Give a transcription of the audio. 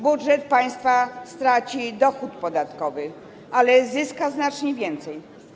Budżet państwa straci dochód podatkowy, ale zyska znacznie więcej.